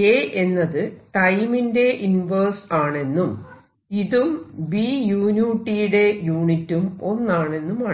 A എന്നത് ടൈമിന്റെ inverse ആണെന്നും ഇതും Bu യുടെ യൂണിറ്റും ഒന്നാണെന്നുമാണ്